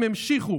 הם המשיכו